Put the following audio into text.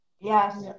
Yes